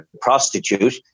prostitute